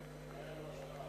לא היתה לו השפעה.